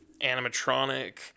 animatronic